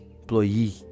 employee